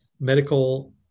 medical